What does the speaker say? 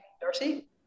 Darcy